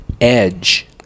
edge